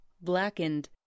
blackened